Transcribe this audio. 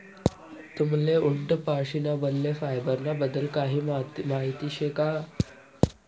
तुम्हले उंट पाशीन बनेल फायबर ना बद्दल काही माहिती शे का?